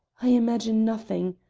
i imagine nothing.